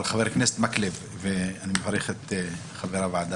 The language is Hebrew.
אני מבין את השאלה